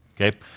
Okay